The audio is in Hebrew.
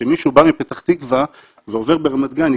שמי שבא מפתח תקווה ועובר ברמת גן,